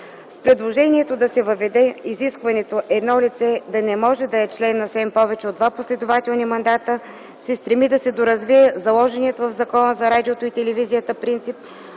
С предложението да се въведе изискването едно лице да не може да е член на СЕМ повече от два последователни мандата се цели да се доразвие заложеният в Закона за радиото и телевизията принцип